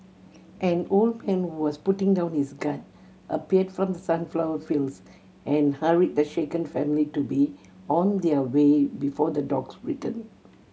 an old man who was putting down his gun appeared from the sunflower fields and hurried the shaken family to be on their way before the dogs return